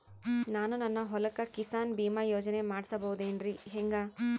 ನಾನು ನನ್ನ ಹೊಲಕ್ಕ ಕಿಸಾನ್ ಬೀಮಾ ಯೋಜನೆ ಮಾಡಸ ಬಹುದೇನರಿ ಹೆಂಗ?